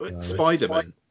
Spider-Man